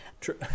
true